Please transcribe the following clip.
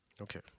Okay